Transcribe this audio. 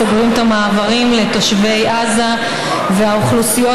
סוגרים את המעברים לתושבי עזה והאוכלוסיות